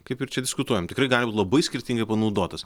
kaip ir čia diskutuojam tikrai gali būt labai skirtingai panaudotas